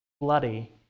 bloody